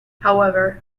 however